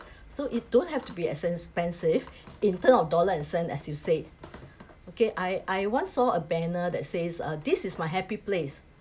so it don't have to be expensive in terms of dollar and cents as you said okay I I once saw a banner that says uh this is my happy place